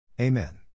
Amen